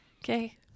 okay